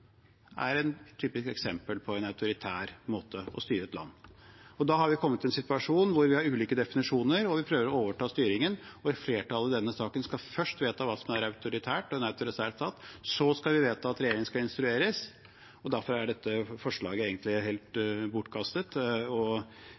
er det et typisk eksempel på en autoritær måte å styre et land på. Da har vi kommet i en situasjon hvor vi har ulike definisjoner og vi prøver å overta styringen, og der flertallet i denne saken først skal vedta hva som er en autoritær stat, og så skal vi vedta at regjeringen skal instrueres. Derfor er dette forslaget egentlig helt